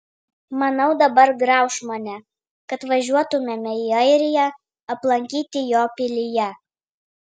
manau dabar grauš mane kad važiuotumėme į airiją aplankyti jo pilyje